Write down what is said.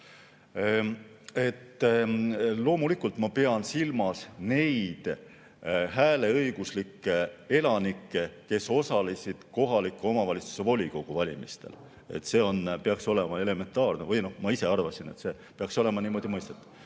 Loomulikult ma pean silmas neid hääleõiguslikke elanikke, kes osalesid kohaliku omavalitsuse volikogu valimistel. See peaks olema elementaarne või noh, ma ise arvasin, et see peaks olema niimoodi mõistetav.